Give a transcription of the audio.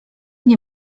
nie